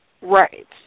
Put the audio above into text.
Right